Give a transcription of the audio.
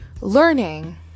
learning